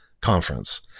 conference